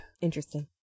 Interesting